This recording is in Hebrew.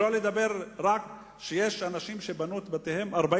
שלא לדבר רק על זה שיש אנשים שבנו את בתיהם לפני